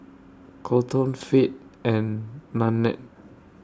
Kolton Fate and Nannette